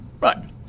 Right